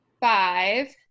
five